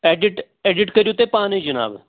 edit edit کٔرِو تُہۍ پانٕے جِناب